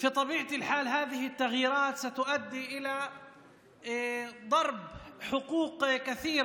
מובן שהשינויים האלה יביאו לפגיעה בזכויות רבות של האזרחים